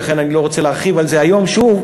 ולכן אני לא רוצה להרחיב על זה היום שוב.